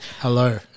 Hello